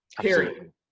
Period